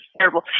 terrible